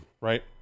Right